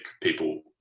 people